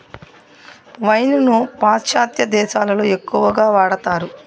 wine ను పాశ్చాత్య దేశాలలో ఎక్కువగా వాడతారు